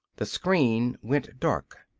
the screen went dark.